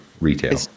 retail